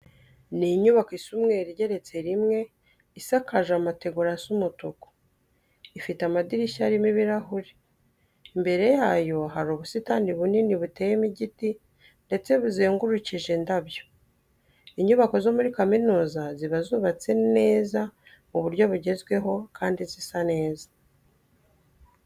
Ni inyubako isa umweru igeretse rimwe, isakaje amategura asa umutuku, ifite amadirishya arimo ibirahure. Imbere yayo hari ubusitani bunini buteyemo igiti ndetse buzengurukishije indabyo. Inyubako zo muri kaminuza ziba zubatse neza mu buryo bugezweho kandi zisa neza.